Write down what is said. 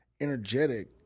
energetic